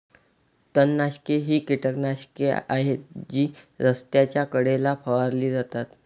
तणनाशके ही कीटकनाशके आहेत जी रस्त्याच्या कडेला फवारली जातात